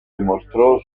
demostró